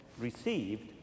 received